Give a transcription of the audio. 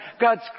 God's